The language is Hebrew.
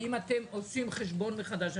האם אתם עושים חשבון מחדש?